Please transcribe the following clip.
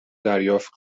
دریافت